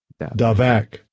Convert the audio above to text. Davak